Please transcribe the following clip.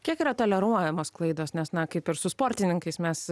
kiek yra toleruojamos klaidos nes na kaip ir su sportininkais mes